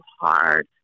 hard